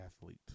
athlete